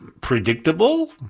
predictable